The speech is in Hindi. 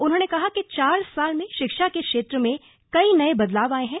उन्होंने कहा कि चार साल में शिक्षा के क्षेत्र में कई नये बदलाव आये हैं